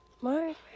Mark